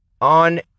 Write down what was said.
on